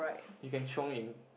you can chiong in